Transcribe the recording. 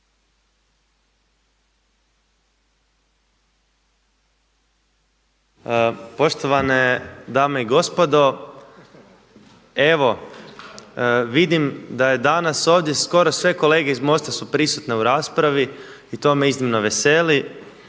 Poštovane dame i gospodo. Evo vidim da je danas ovdje skoro sve kolege iz MOST-a su prisutne u raspravi i to me iznimno veseli.